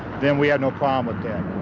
then we have no problem with that.